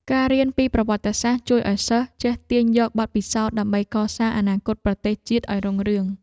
ការរៀនពីប្រវត្តិសាស្ត្រជួយឱ្យសិស្សចេះទាញយកបទពិសោធន៍ដើម្បីកសាងអនាគតប្រទេសជាតិឱ្យរុងរឿង។